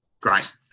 great